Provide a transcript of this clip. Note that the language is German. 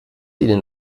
ihnen